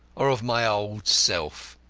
or of my old self.